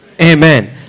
Amen